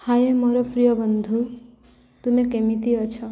ହାଏ ମୋର ପ୍ରିୟ ବନ୍ଧୁ ତୁମେ କେମିତି ଅଛ